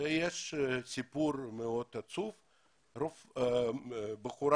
יש מקרה של בחורה